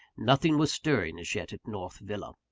nothing was stirring as yet at north villa.